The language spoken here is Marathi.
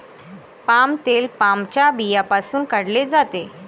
पाम तेल पामच्या बियांपासून काढले जाते